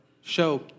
show